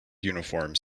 uniforms